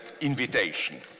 invitation